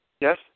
yes